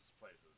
places